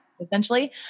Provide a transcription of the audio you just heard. essentially